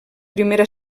primera